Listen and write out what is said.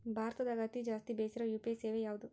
ಭಾರತದಗ ಅತಿ ಜಾಸ್ತಿ ಬೆಸಿರೊ ಯು.ಪಿ.ಐ ಸೇವೆ ಯಾವ್ದು?